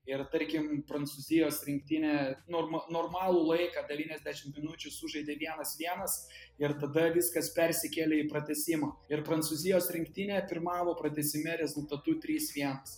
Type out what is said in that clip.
ir tarkim prancūzijos rinktinė norma normalų laiką devyniasdešimt minučių sužaidė vienas vienas ir tada viskas persikėlė į pratęsimą ir prancūzijos rinktinė pirmavo pratęsime rezultatu trys vienas